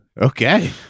Okay